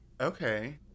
Okay